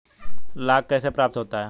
लाख कैसे प्राप्त होता है?